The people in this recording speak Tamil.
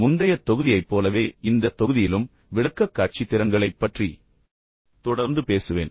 முந்தைய தொகுதியைப் போலவே இந்த தொகுதியிலும் விளக்கக்காட்சி திறன்களைப் பற்றி தொடர்ந்து பேசுவேன்